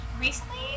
Recently